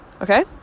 okay